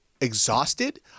exhausted